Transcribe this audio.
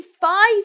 five